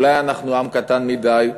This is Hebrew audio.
אולי אנחנו עם קטן מדי,